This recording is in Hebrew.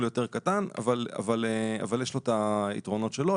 יותר קטן אבל יש לו את היתרונות שלו,